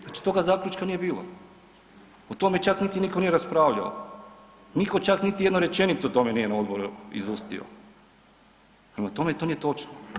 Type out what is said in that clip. Znači toga zaključka nije bilo, o tome čak nije nitko ni raspravljao, nitko čak niti jednu rečenicu o tome na odboru izustio, prema tome to nije točno.